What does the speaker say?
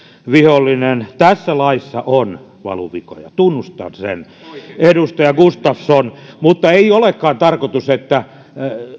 vihollinen tässä laissa on valuvikoja tunnustan sen edustaja gustafsson mutta ei olekaan tarkoitus että